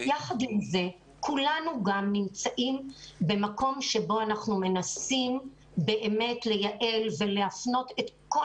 יחד עם זה כולנו גם נמצאים במקום שבו אנחנו מנסים לייעל ולהפנות את כל